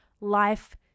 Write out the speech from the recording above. life